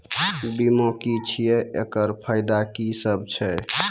बीमा की छियै? एकरऽ फायदा की सब छै?